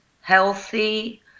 healthy